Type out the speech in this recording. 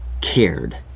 cared